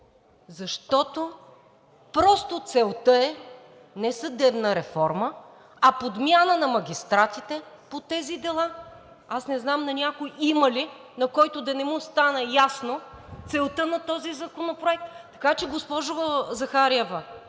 защото просто целта е не съдебна реформа, а подмяна на магистратите по тези дела. Аз не знам има ли някой, на когото да не му стана ясна целта на този законопроект. Така че, госпожо Захариева,